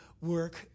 work